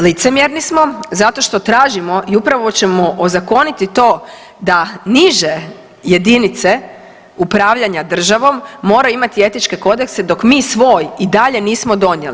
Licemjerni smo zato što tražimo i upravo ćemo ozakoniti to da niže jedinice upravljanja Državom moraju imati etičke kodekse dok mi svoj i dalje nismo donijeli.